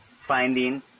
finding